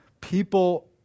People